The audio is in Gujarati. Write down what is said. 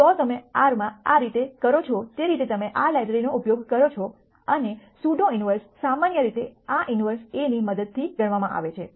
તો તમે R માં આ રીત કરો છો તે રીતે તમે આ લાઇબ્રેરીનો ઉપયોગ કરો છો અને સ્યુડો ઇન્વર્સ સામાન્ય રીતે આ ઇન્વર્સ a ની મદદથી ગણવામાં આવે છે